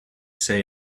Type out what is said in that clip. say